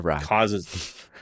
causes